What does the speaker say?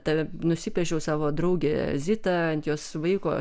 tanusipiešiau savo draugę zitą ant jos vaiko